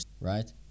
right